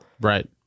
Right